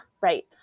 right